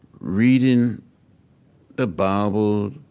reading the bible,